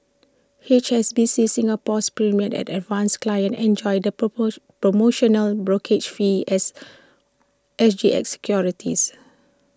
H S B C Singapore's premier and advance clients enjoy the promotional brokerage fee S S G X securities